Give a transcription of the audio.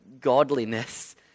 godliness